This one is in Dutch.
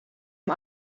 een